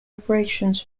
operations